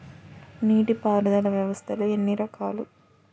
నీటిపారుదల వ్యవస్థలు ఎన్ని రకాలు?